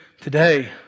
today